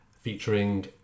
featuring